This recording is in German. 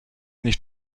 nicht